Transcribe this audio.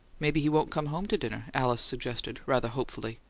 maybe he won't come home to dinner, alice suggested, rather hopefully.